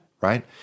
right